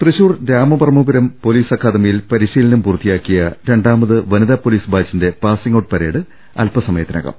Thrissur Ramavarmapuram police അക്കാദമിയിൽ പരിശീലനം പൂർത്തിയാക്കിയ രണ്ടാമത് വനിതാ പൊലീസ് ബാച്ചിന്റെ പാസിംഗ് ഔട്ട് പരേഡ് അല്പസമയത്തിനകം